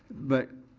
but,